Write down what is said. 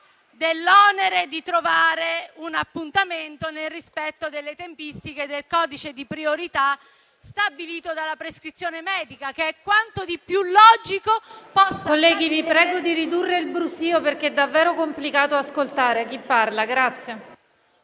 dell'onere di trovare un appuntamento, nel rispetto delle tempistiche del codice di priorità stabilito dalla prescrizione medica, che è quanto di più logico. *(Brusio).* PRESIDENTE. Colleghi, vi prego di ridurre il brusio, perché è davvero complicato ascoltare chi parla. PIRRO